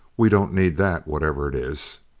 we don't need that, whatever it is!